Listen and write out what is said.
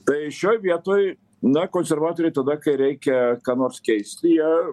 tai šioj vietoj na konservatoriai tada kai reikia ką nors keisti jie